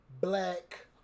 black